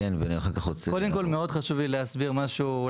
קודם כול חשוב לי להסביר משהו.